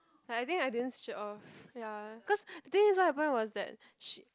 like I think I didn't switch it off ya cause the thing is what happened was that she